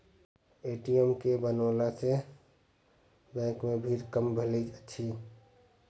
ATM के बनओला सॅ बैंक मे भीड़ कम भेलै अछि